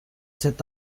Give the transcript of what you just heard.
set